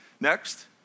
Next